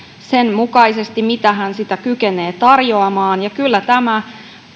sen mukaisesti mitä hän kykenee tarjoamaan ja kyllä tämä